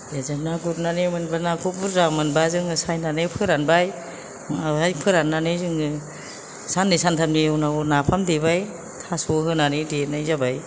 जों ना गुरनानै मोनब्ला नाखौ बुरजा मोनबा जोङो सायनानै फोरानबाय ओमफाय फोराननानै जोङो साननै सानथामनि उनाव नाफाम देबाय थास' होनानै देनाय जाबाय